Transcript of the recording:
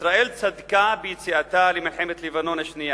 ישראל צדקה ביציאתה למלחמת לבנון השנייה,